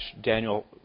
Daniel